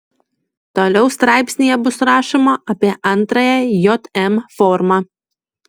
toliau straipsnyje bus rašoma apie antrąją jm formą